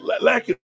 Lacking